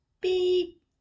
Beep